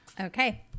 Okay